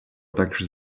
также